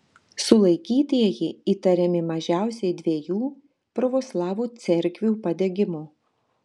sulaikytieji įtariami mažiausiai dviejų pravoslavų cerkvių padegimu